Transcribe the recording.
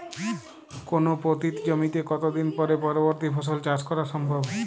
কোনো পতিত জমিতে কত দিন পরে পরবর্তী ফসল চাষ করা সম্ভব?